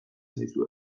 zaizue